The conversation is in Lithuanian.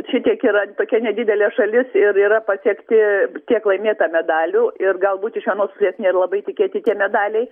šitiek yra tokia nedidelė šalis ir yra pasiekti tiek laimėta medalių ir galbūt iš vienos pusės nėr labai tikėti tie medaliai